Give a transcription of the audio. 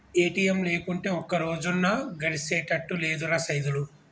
ATM లేకుంటే ఒక్కరోజన్నా గడిసెతట్టు లేదురా సైదులు